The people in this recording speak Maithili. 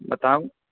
बताउ